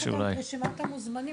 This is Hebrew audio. לשמוע את משרד הבריאות